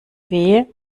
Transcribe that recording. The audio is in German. weh